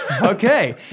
Okay